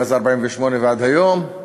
מאז 1948 ועד היום,